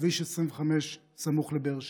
כביש 25 סמוך לבאר שבע.